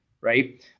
right